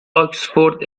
آکسفورد